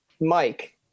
Mike